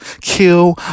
kill